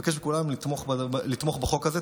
אני מבקש מכולם לתמוך בחוק הזה.